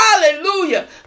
Hallelujah